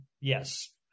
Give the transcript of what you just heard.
yes